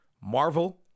Marvel